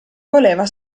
voleva